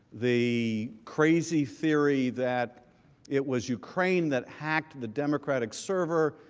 the crazy theory that it was ukraine that hacked the democratic server,